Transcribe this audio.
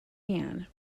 anne